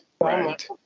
right